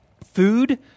Food